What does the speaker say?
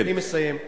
אני מסיים.